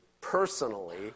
personally